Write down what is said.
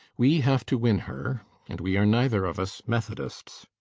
we have to win her and we are neither of us methodists.